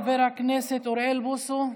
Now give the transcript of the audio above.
חבר הכנסת אוריאל בוסו,